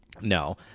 No